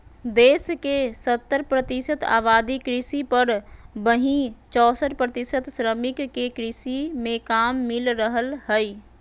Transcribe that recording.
देश के सत्तर प्रतिशत आबादी कृषि पर, वहीं चौसठ प्रतिशत श्रमिक के कृषि मे काम मिल रहल हई